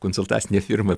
konsultacinė firma